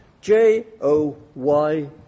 J-O-Y